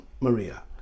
Maria